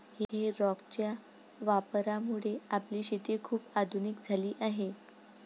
हे रॅकच्या वापरामुळे आपली शेती खूप आधुनिक झाली आहे